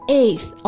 eighth